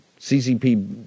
CCP